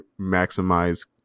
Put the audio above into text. maximize